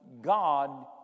God